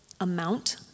amount